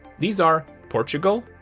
these are portugal,